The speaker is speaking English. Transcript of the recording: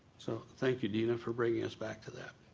so thank you, dena, for bringing us back to that.